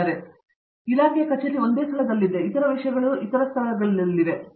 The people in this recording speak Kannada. ಆದ್ದರಿಂದ ಇಲಾಖೆ ಕಚೇರಿ ಒಂದೇ ಸ್ಥಳದಲ್ಲಿದೆ ಇತರ ವಿಷಯಗಳು ಇತರ ಸ್ಥಳಗಳಲ್ಲಿವೆ